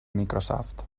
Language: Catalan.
microsoft